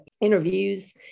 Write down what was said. interviews